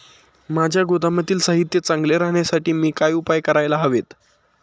माझ्या गोदामातील साहित्य चांगले राहण्यासाठी मी काय उपाय काय करायला हवेत?